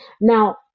Now